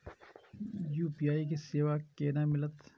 UPI के सेवा केना मिलत?